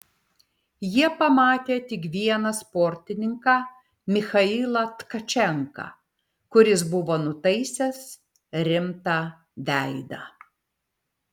jie pamatė tik vieną sportininką michailą tkačenką kuris buvo nutaisęs rimtą veidą